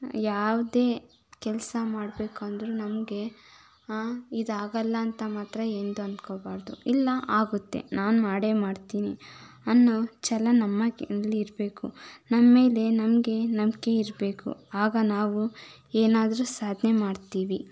ಯಾವುದೇ ಕೆಲಸ ಮಾಡಬೇಕಂದ್ರೂ ನಮಗೆ ಇದಾಗೊಲ್ಲ ಅಂತ ಮಾತ್ರ ಎಂದು ಅನ್ಕೋಬಾರ್ದು ಇಲ್ಲ ಆಗುತ್ತೆ ನಾನು ಮಾಡೇ ಮಾಡ್ತೀನಿ ಅನ್ನೋ ಛಲ ನಮ್ಮ ಅಲ್ಲಿರಬೇಕು ನಮ್ಮ ಮೇಲೆ ನಮಗೆ ನಂಬಿಕೆ ಇರಬೇಕು ಆಗ ನಾವು ಏನಾದ್ರೂ ಸಾಧನೆ ಮಾಡ್ತೀವಿ